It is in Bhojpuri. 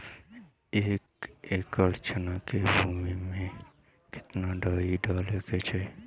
एक एकड़ चना के भूमि में कितना डाई डाले के चाही?